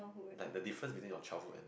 like the difference between your childhood and